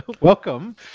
welcome